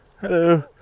hello